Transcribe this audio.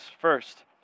First